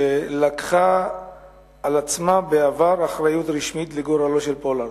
שלקחה על עצמה בעבר אחריות רשמית לגורלו של פולארד.